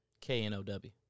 k-n-o-w